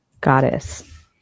goddess